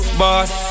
boss